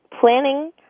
planning